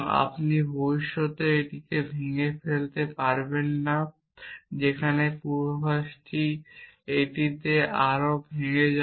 আপনি ভবিষ্যতে এটিকে ভেঙে ফেলতে পারবেন না যেখানে পূর্বাভাসটি এটিতে আরও ভেঙে যাবে